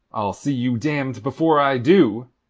i'll see you damned before i do,